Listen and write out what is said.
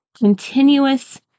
continuous